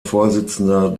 vorsitzender